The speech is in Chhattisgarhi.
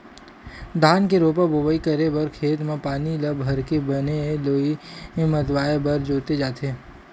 धान के रोपा बोवई करे बर खेत म पानी ल भरके बने लेइय मतवाए बर जोते जाथे